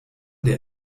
der